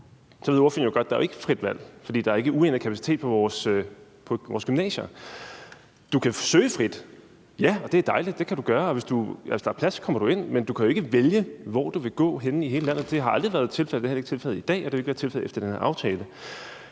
ved ordføreren jo godt, at der ikke er frit valg, for der er ikke uendelig kapacitet på vores gymnasier. Du kan søge frit, ja, og det er dejligt, og hvis der er plads, kommer du ind, men du kan jo ikke vælge, hvor du vil gå henne i hele landet, for det har aldrig været tilfældet, og det er heller ikke tilfældet i dag, og det vil ikke være tilfældet efter den her aftale.